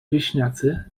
wieśniacy